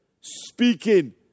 speaking